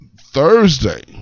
Thursday